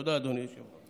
תודה, אדוני היושב-ראש.